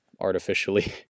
artificially